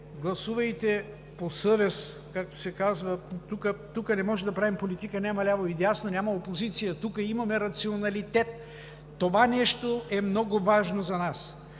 гласувайте по съвест, както се казва, тук не можем да правим политика – няма ляво и дясно, няма опозиция – тук имаме рационалитет. Това нещо е много важно за нас,